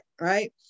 right